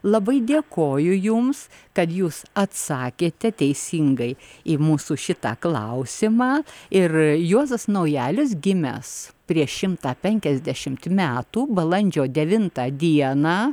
labai dėkoju jums kad jūs atsakėte teisingai į mūsų šitą klausimą ir juozas naujalis gimęs prieš šimtą penkiasdešim metų balandžio devintą dieną